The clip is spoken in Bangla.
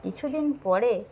কিছু দিন পরে